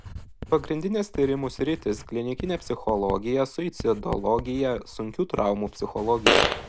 pagrindinės tyrimų sritys klinikinė psichologija suicidologija sunkių traumų psichologija